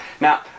Now